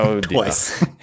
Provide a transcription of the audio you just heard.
Twice